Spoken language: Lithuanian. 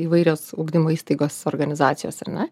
įvairios ugdymo įstaigos organizacijos ar ne